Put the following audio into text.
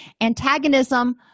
Antagonism